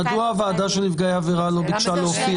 מדוע הוועדה של נפגעי עבירה לא ביקשה להופיע?